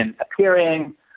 appearing